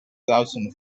thousand